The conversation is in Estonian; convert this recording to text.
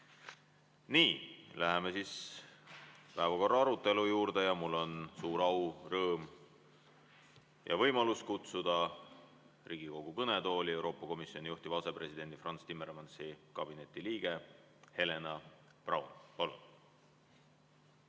Nii, läheme päevakorra arutelu juurde. Mul on suur au, rõõm ja võimalus kutsuda Riigikogu kõnetooli Euroopa Komisjoni asepresidendi Frans Timmermansi kabineti liige Helena Braun.